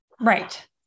Right